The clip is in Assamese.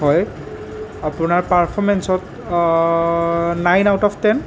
হয় আপোনাৰ পাৰ্ফ'মেন্সত নাইন আউট অফ টেন